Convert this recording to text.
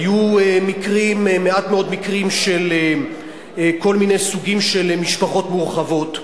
היו מעט מאוד מקרים של כל מיני סוגים של משפחות מורחבות.